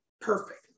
Perfect